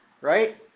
right